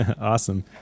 Awesome